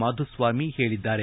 ಮಾಧುಸ್ವಾಮಿ ಹೇಳಿದ್ದಾರೆ